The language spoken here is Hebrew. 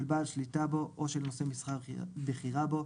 של בעל שליטה בו או של נושא משרה בכירה בו,